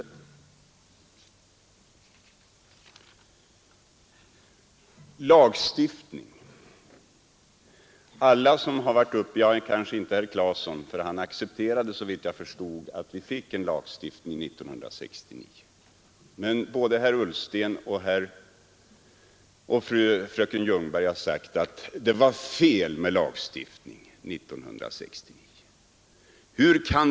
Vad lagstiftningen beträffar accepterade såvitt jag förstod herr Claeson 61 att vi fick en lagstiftning 1969, men både herr Ullsten och fröken Ljungberg har sagt att det var fel med lagstiftning 1969.